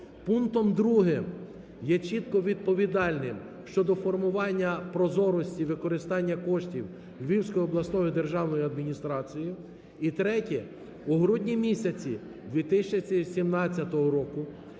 пунктом другим є чітко відповідальним щодо формування прозорості використання коштів Львівською обласною державною адміністрацією. І третє: у грудні місяці 2017 року